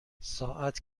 ساعت